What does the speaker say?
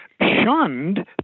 shunned